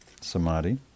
samadhi